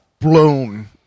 blown